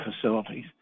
facilities